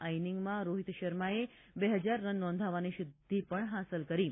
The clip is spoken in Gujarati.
આ ઇનિંગમાં રોહિત શર્માએ બે હજાર રન નોંધવવાની સિદ્ધિ પણ મેળવી હતી